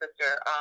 sister